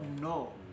No